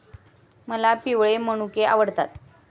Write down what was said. मला पिवळे मनुके आवडतात